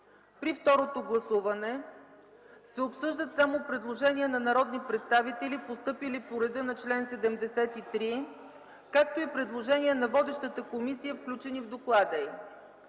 При второто гласуване се обсъждат само предложения на народни представители, постъпили по реда на чл. 73, както и предложения на водещата комисия, включени в доклада й.